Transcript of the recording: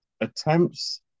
attempts